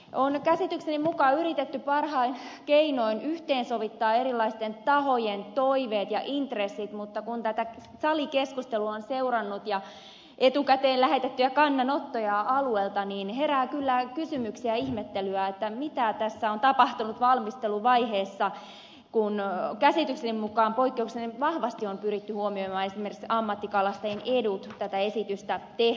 on käsitykseni mukaan yritetty parhain keinoin yhteensovittaa erilaisten tahojen toiveet ja intressit mutta kun tätä salikeskustelua on seurannut ja etukäteen alueelta lähetettyjä kannanottoja niin herää kyllä kysymyksiä ja ihmettelyä sen suhteen mitä tässä on tapahtunut valmisteluvaiheessa kun käsitykseni mukaan poikkeuksellisen vahvasti on pyritty huomioimaan esimerkiksi ammattikalastajien edut tätä esitystä tehtäessä